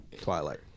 Twilight